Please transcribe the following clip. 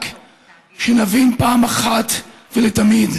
רק שנבין פעם אחת ולתמיד.